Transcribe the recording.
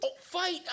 Fight